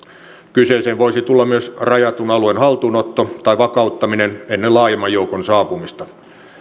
kyseeseen voisi tulla myös rajatun alueen haltuunotto tai vakauttaminen ennen laajemman joukon saapumista